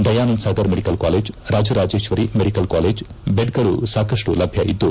Dayananda Sagar medical college Rajarajeshwari medical ಕಾಲೇಜ್ನಲ್ಲಿ ದೆಡ್ಗಳು ಸಾಕಷ್ಟು ಲಭ್ಯ ಇದ್ದು